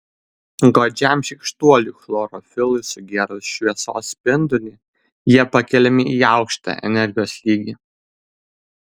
godžiam šykštuoliui chlorofilui sugėrus šviesos spindulį jie pakeliami į aukštą energijos lygį